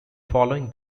following